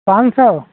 पाँच सौ